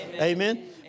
Amen